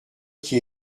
qui